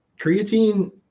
creatine